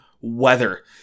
weather